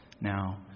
now